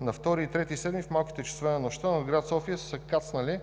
и 3 юли в малките часове на нощта над град София са кацнали